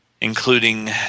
including